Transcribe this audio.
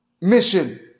mission